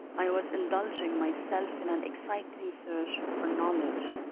i was indulging myself in an exciting thirst for knowledge